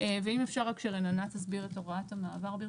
ואם אפשר רק שרננה תסביר את הוראת המעבר.